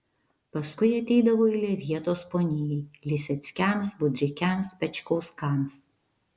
paskui ateidavo eilė vietos ponijai liseckiams budrikiams pečkauskams